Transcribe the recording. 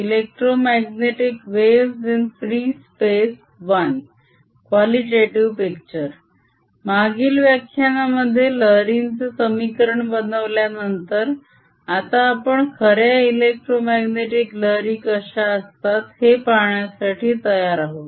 electromagnetic waves in free space -I qualitative picture मागील व्याख्यानामध्ये लहरींचे समीकरण बनवल्यानंतर आता आपण खऱ्या इलेक्ट्रोमाग्नेटीक लहरी कश्या असतात हे पाहण्यासाठी तयार आहोत